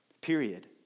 Period